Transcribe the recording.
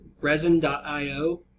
Resin.io